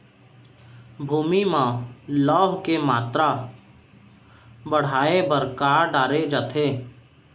भूमि मा लौह के मात्रा बढ़ाये बर का डाले जाये?